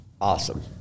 awesome